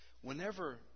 whenever